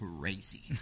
crazy